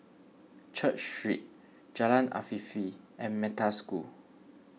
Church Street Jalan Afifi and Metta School